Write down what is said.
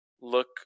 look